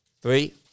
three